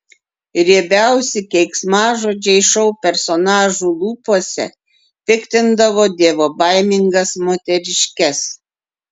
riebiausi keiksmažodžiai šou personažų lūpose piktindavo dievobaimingas moteriškes